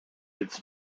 its